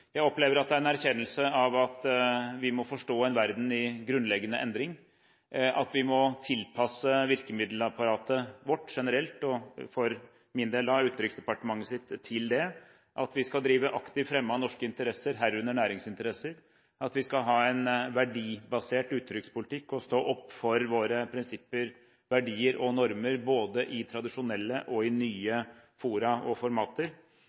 Jeg opplever at det er en erkjennelse av at vi må forstå en verden i grunnleggende endring, at vi må tilpasse virkemiddelapparatet vårt – generelt og for min del Utenriksdepartementet – til det, at vi skal drive aktivt fremme av norske interesser, herunder næringsinteresser, at vi skal ha en verdibasert utenrikspolitikk og stå opp for våre prinsipper, verdier og normer både i tradisjonelle og i nye fora og formater.